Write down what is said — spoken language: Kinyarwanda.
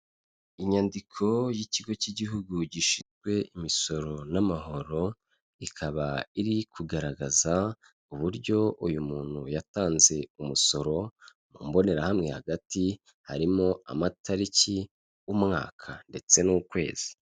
Inyandiko y'ikigo cy'igihugu gishinzwe imisoro n'amahoro, ikaba iri kugaragaza uburyo uyu muntu yatanze umusoro mu mbonerahamwe hagati harimo amatariki y'umwaka ndetse n'ukwezi.